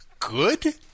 good